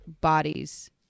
bodies